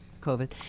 COVID